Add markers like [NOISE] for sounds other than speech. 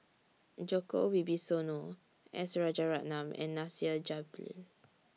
Djoko Wibisono S Rajaratnam and Nasir [UNINTELLIGIBLE]